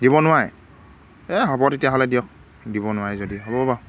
দিব নোৱাৰে এই হ'ব তেতিয়াহ'লে দিয়ক দিব নোৱাৰে যদি হ'ব বাৰু